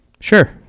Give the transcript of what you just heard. Sure